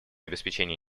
обеспечение